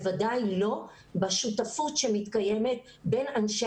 בוודאי לא בשותפות שמתקיימת בין אנשי